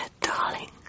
darling